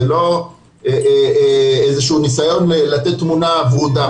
זה לא ניסיון לתת תמונה ורודה,